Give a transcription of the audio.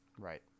Right